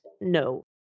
no